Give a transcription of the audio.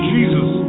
Jesus